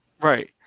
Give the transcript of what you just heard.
right